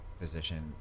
physician